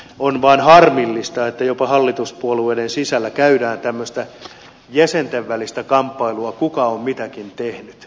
on vain harmillista että jopa hallituspuolueiden sisällä käydään tämmöistä jäsentenvälistä kamppailua kuka on mitäkin tehnyt